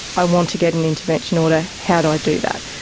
i want to get an intervention order, how do i do that?